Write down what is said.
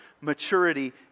maturity